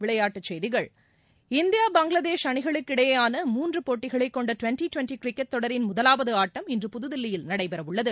விளையாட்டுச் செய்திகள் இந்தியா பங்களாதேஷ் அணிகளுக்கு இடையேயான மூன்று போட்டிகளைக் கொண்ட டுவன்டி டுவன்டி கிரிக்கெட் தொடரின் முதவாவது ஆட்டம் இன்று புதுதில்லியில் நடைபெறவுள்ளது